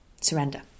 surrender